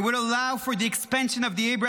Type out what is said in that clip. It will allow for the expansion of the Abraham